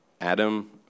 Adam